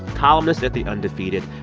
columnist at the undefeated,